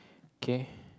K